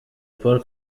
paul